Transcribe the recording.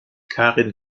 karin